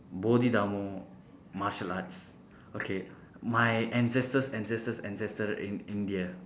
bodhidharma martial arts okay my ancestor's ancestor's ancestor in india